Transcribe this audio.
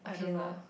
okay lah